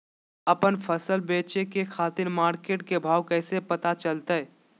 आपन फसल बेचे के खातिर मार्केट के भाव कैसे पता चलतय?